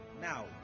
Now